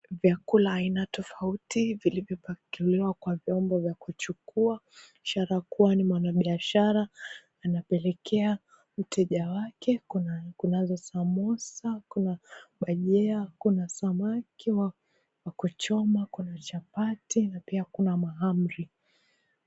Vyakula aina tofauti vilivyopakiliwa kwenye vyombo vya kuchukua ishara kuwa ni mfanyabiashara anapelekea mteja wake. Kunazo samosa, kuna bhajia, kuna samaki wa kuchoma, kuna chapati na pia kuna mahamri.